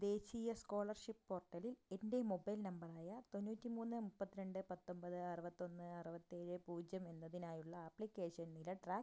ദേശീയ സ്കോളർഷിപ്പ് പോർട്ടലിൽ എൻ്റെ മൊബൈൽ നമ്പറായ തൊണ്ണൂറ്റി മൂന്ന് മുപ്പത്തി രണ്ട് പത്തൊൻപത് അറുപത്തൊന്ന് അറുപത്തേഴ് പൂജ്യം എന്നതിനായുള്ള ആപ്ലിക്കേഷൻ നില ട്രാക്ക് ചെയ്യാനാകുമോ